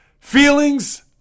feelings